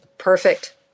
Perfect